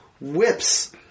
whips